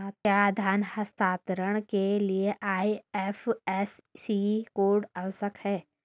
क्या धन हस्तांतरण के लिए आई.एफ.एस.सी कोड आवश्यक है?